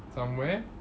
somewhere